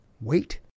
Wait